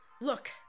Look